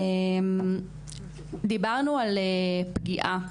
דיברנו על פגיעה.